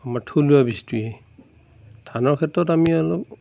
আমাৰ থলুৱা বীজটোৱে ধানৰ ক্ষেত্ৰত আমি আৰু